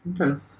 Okay